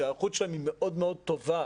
שההיערכות שלהם היא מאוד טובה.